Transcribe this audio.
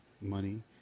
money